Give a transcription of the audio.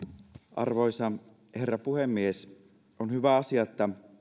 arvoisa herra puhemies on hyvä asia että